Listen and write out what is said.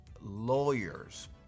lawyers